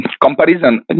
comparison